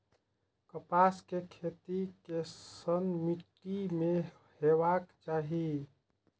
कपास के खेती केसन मीट्टी में हेबाक चाही?